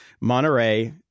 Monterey